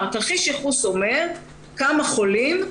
תרחיש ייחוס אומר כמה חולים,